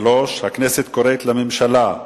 3. הכנסת קוראת לממשלה,